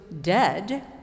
dead